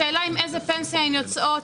השאלה עם איזו פנסיה הן יוצאות,